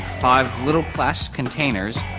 five little plastic containers,